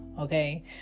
okay